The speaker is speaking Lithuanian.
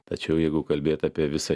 tačiau jeigu kalbėt apie visą